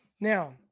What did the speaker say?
Now